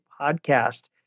podcast